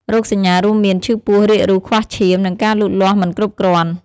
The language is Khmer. រោគសញ្ញារួមមាន ឈឺពោះ រាគរូស ខ្វះឈាម និងការលូតលាស់មិនគ្រប់គ្រាន់។